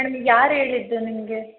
madam ಇದು ಯಾರು ಹೇಳಿದ್ದು ನಿಮಗೆ